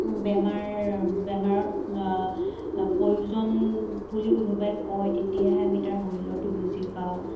বেমাৰ বেমাৰত প্ৰয়োজন বুলি কোনোবাই কয় তেতিয়াহে আমি তাৰ মূল্যটো বুজি পাওঁ